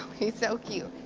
he's so cute.